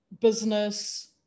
business